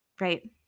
right